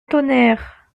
tonnerre